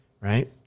right